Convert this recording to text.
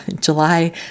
July